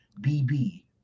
BB